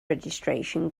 registration